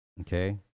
Okay